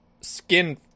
skin